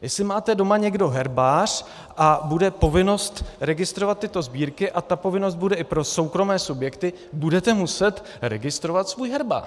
Jestli máte doma někdo herbář a bude povinnost registrovat tyto sbírky a ta povinnost bude i pro soukromé subjekty, budete muset registrovat svůj herbář.